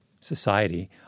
society